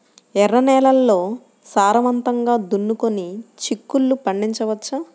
ఎర్ర నేలల్లో సారవంతంగా దున్నుకొని చిక్కుళ్ళు పండించవచ్చు